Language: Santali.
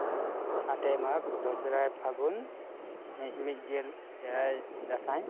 ᱟᱴᱮᱭ ᱢᱟᱜᱽ ᱫᱚᱥᱨᱟᱭ ᱯᱷᱟᱹᱜᱩᱱ ᱢᱤᱫ ᱢᱤᱫ ᱜᱮᱞ ᱮᱭᱟᱭ ᱫᱟᱸᱥᱟᱭ